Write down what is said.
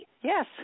yes